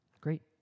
Great